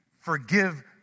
forgive